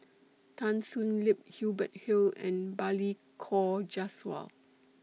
Tan Thoon Lip Hubert Hill and Balli Kaur Jaswal